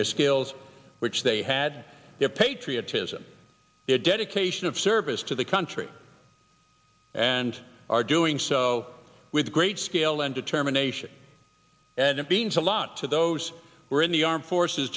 their skills which they had their patriotism their dedication of service to the country and are doing so with great scale and determination and means a lot to those were in the armed forces